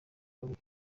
babiri